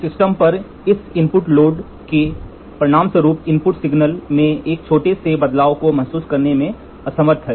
system पर इस input load के परिणामस्वरूप इनपुट सिग्नल में एक छोटे से बदलाव को महसूस करने में असमर्थ है